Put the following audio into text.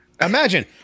imagine